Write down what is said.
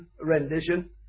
rendition